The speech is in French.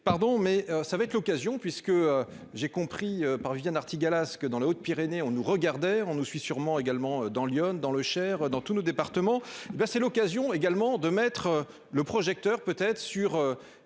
pardon mais ça va être l'occasion puisque j'ai compris par Viviane Artigalas ce dans l'Aude, Pyrénées, on nous regardait on nous suis sûrement également dans l'Yonne, dans le Cher dans tous nos départements, hé bien c'est l'occasion également de mettre le projecteur peut-être sur